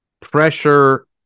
Pressure